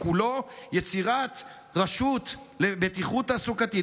שכולו יצירת רשות לבטיחות תעסוקתית,